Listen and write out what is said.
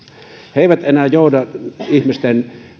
he eivät enää jouda ihmisten